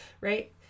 right